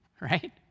right